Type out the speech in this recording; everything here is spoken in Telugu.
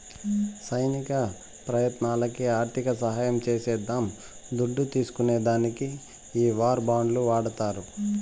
సైనిక ప్రయత్నాలకి ఆర్థిక సహాయం చేసేద్దాం దుడ్డు తీస్కునే దానికి ఈ వార్ బాండ్లు వాడతారు